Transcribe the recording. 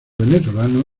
venezolano